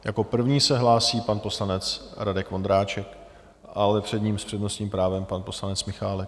Jako první se hlásí pan poslanec Radek Vondráček, ale před ním s přednostním právem pan poslanec Michálek.